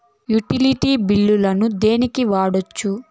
Utility బిల్లులను దేనికి వాడొచ్చు?